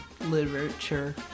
literature